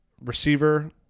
receiver